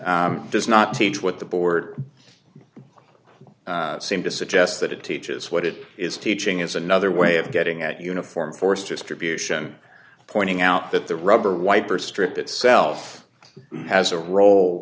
refers does not teach what the board seem to suggest that it teaches what it is teaching is another way of getting at uniform force distribution pointing out that the rubber wiper strip itself has a role